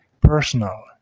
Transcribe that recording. personal